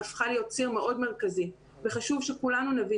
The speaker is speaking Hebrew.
הפכה להיות ציר מאוד מרכזי וחשוב שכולנו נבין